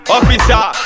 Officer